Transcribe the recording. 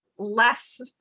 Less